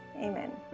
Amen